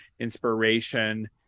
inspiration